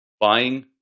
buying